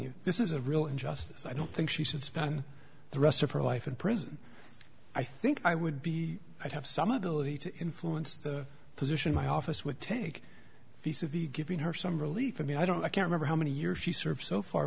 you this is a real injustice i don't think she should spend the rest of her life in prison i think i would be i'd have some ability to influence the position my office would take giving her some relief i mean i don't i can remember how many years she served so far